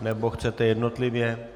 Nebo chcete jednotlivě?